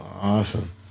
Awesome